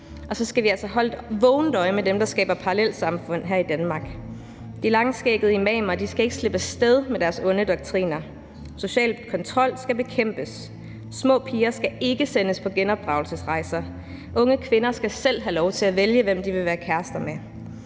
Og så skal vi altså holde et vågent øje med dem, der skaber parallelsamfund her i Danmark. De langskæggede imamer skal ikke slippe af sted med deres onde doktriner. Social kontrol skal bekæmpes, små piger skal ikke sendes på genopdragelsesrejser, unge kvinder skal selv have lov til at vælge, hvem de vil være kæreste med.